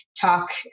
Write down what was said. talk